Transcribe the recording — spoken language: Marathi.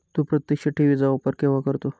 तू प्रत्यक्ष ठेवी चा वापर केव्हा करतो?